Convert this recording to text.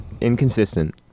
inconsistent